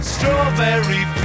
Strawberry